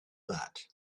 that